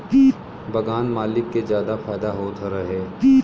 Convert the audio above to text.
बगान मालिक के जादा फायदा होत रहे